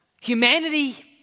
Humanity